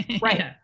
Right